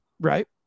Right